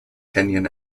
kenyon